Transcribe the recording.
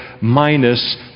minus